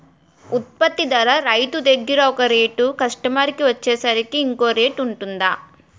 ఉత్పత్తి ధర రైతు దగ్గర ఒక రేట్ కస్టమర్ కి వచ్చేసరికి ఇంకో రేట్ వుంటుందా?